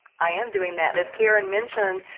i am doing that. and as karen mentioned,